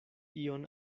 ion